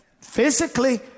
Physically